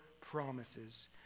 promises